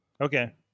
Okay